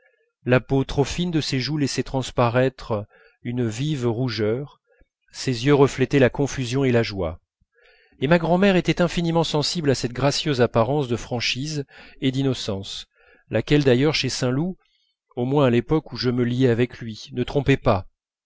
la peau trop fine de ses joues laissait transparaître une vive rougeur ses yeux reflétaient la confusion et la joie et ma grand'mère était infiniment sensible à cette gracieuse apparence de franchise et d'innocence laquelle d'ailleurs chez saint loup au moins à l'époque où je me liai avec lui ne trompait pas